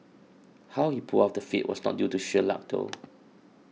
how he pulled off the feat was not due to sheer luck though